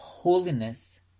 holiness